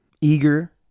eager